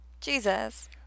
jesus